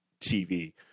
TV